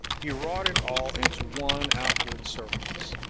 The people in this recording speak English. he wrought it all into one outward surface,